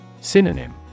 Synonym